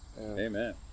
Amen